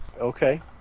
Okay